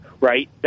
right